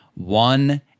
one